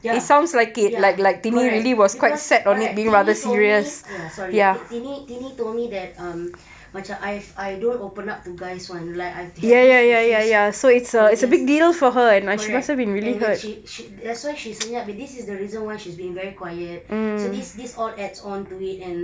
ya ya correct cause correct tini told me ya sorry tini tini told me that um macam I've I don't open up to guys [one] like I've had this issues for years correct and when she she that's why she senyap this is the reason why she's being very quiet so this this all adds on to it and